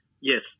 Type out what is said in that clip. Yes